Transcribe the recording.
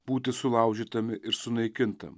būti sulaužytam ir sunaikintam